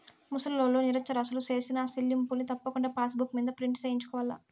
ముసలోల్లు, నిరచ్చరాసులు సేసిన సెల్లింపుల్ని తప్పకుండా పాసుబుక్ మింద ప్రింటు సేయించుకోవాల్ల